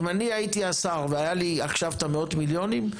אם אני הייתי השר והיה לי עכשיו את המאות מיליונים,